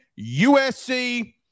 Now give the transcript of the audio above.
USC